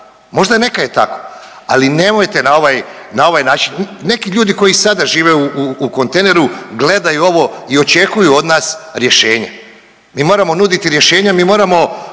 možda neka je tako, ali nemojte na ovaj, na ovaj način. Neki ljudi koji sada žive u kontejneru gledaju ovo i očekuju od nas rješenje. Mi moramo nuditi rješenja, mi moramo